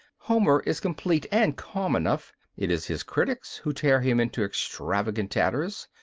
homer is complete and calm enough it is his critics who tear him into extravagant tatters.